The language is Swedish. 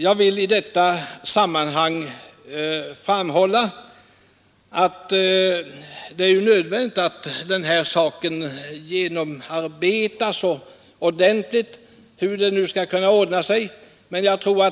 Jag vill i detta sammanhang framhålla att det är nödvändigt att den här saken genomarbetas ordentligt, hur det nu skall ordnas.